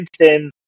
LinkedIn